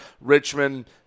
Richmond